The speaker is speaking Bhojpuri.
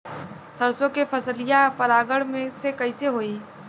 सरसो के फसलिया परागण से कईसे होई?